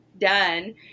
done